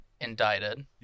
Indicted